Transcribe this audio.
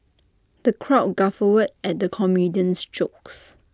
the crowd guffawed at the comedian's jokes